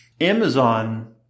Amazon